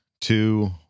two